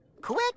Quick